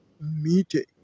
meeting